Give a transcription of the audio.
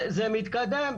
זה מתקדם,